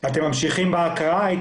אתם ממשיכים בהקראה?